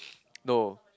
no